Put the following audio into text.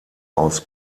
aus